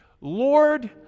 Lord